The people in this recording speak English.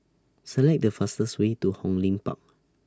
Select The fastest Way to Hong Lim Park